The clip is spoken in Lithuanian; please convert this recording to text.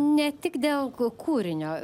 ne tik dėl gal kūrinio